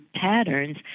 patterns